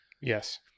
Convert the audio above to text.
yes